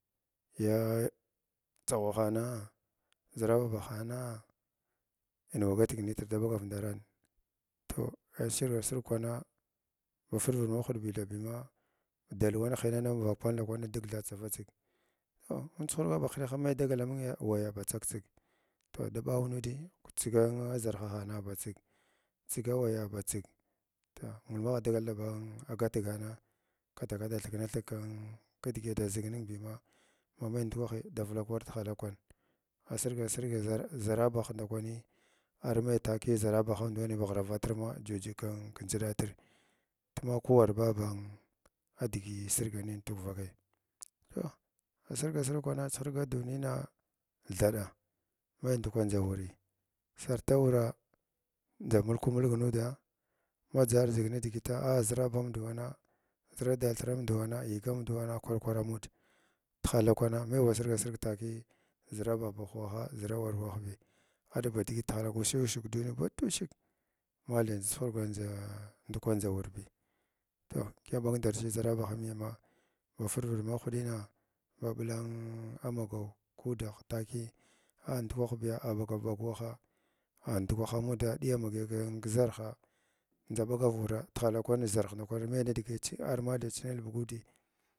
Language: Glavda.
Yka tsaghwa hagha zarha babanaa inwagatig nitr da ɓagav ndanar toh asirga sirga kwana ba mirviɗ mahwudi mbina dalwan hinana amvak pal ndakwani diʒga tsara tsig toh in chuhurga ba hinehamung amai digali wayaa batsagtsig toh da ɓaw nudii toh tsiga zarha hana ba tsig tsiga wayaa ba tsig toh ngulum agh dagal da gatgana katak athkna thig ki digi ada ʒig ninbima ma mai ndukwahi da vulak war tihala kwan asurga sirga zarabagh ndakwani armai taki zaabar hamd wani ba ghiravatrm jujig kindʒiɗatr tuma kuwar ɓaba ba adigi sirga nin tukva kai toh nssirga sirg kwana sirga duniyna thaɗaa mai ndukwa alʒa wauri sartn wurna ndʒa mulkn mulg nuuka ma dʒighar dʒig nidigitʒ ʒrabanda wana trn dathirɗand wanng yəgamd wana kwa kwara ammd tihala kwana maig wa sirga sirg takiy zrabaha waha zra war wahbi aɗba digi tgharushit ushing duniya ba tuushigk matai ndʒu chuhrgan ndʒa ndukwandʒa wurbi təh kiyəmɓaga ndarchi zarhaba miyama ba firvid mahrodina ba blan an amagaw kudagh takiy a ndukwahbiya a ɓagar ɓag waha adnukwah waha amuda aɗiga magaw kiʒarhas ndʒa ɓagav wura tuhala kwan zarh ndakwan mainidigi chi armai thaɓ chingalbugudi.